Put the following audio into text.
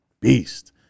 beast